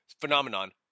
phenomenon